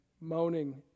moaning